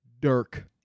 Dirk